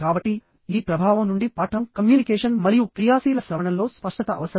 కాబట్టి ఈ ప్రభావం నుండి పాఠం కమ్యూనికేషన్ మరియు క్రియాశీల శ్రవణంలో స్పష్టత అవసరం